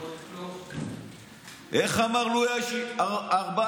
איך אמר לואי ה-14?